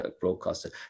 broadcaster